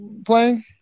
Playing